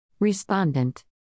Respondent